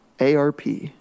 ARP